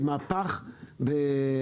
איזה מהפך זה עשה בירוחם,